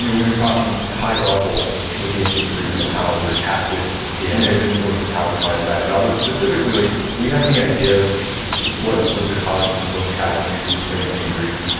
you know we've been talking high level with the ancient greeks and how their tactics yeah may have influenced how they might have died in battle. but specifically, like do we have any idea of what was the cause of most casualties during ancient greece?